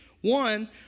One